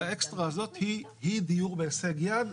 והאקסטרה הזאת היא דיור בהישג יד.